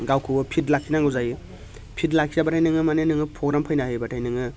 गावखौबो fit लाखिनांगौ जायो fit लाखियाब्लाथाय नोङो माने नोङो प्रग्राम फैना होयोब्लाथाय नोङो